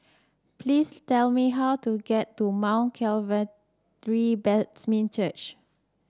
please tell me how to get to Mount Calvary Baptist Church